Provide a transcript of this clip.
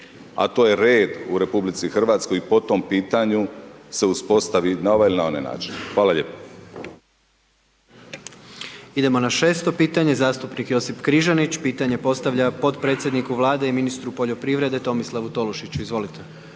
a to je red u RH i po tom pitanju se uspostavi na ovaj ili onaj način. Hvala lijepo. **Jandroković, Gordan (HDZ)** Idemo na 6 pitanje, zastupnik, Josip Križanić, pitanje postavlja potpredsjedniku vlade i ministru poljoprivrede, Tomislavu Tolušiću, izvolite.